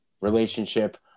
relationship